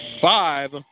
five